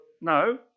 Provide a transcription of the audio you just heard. no